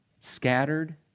scattered